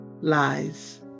lies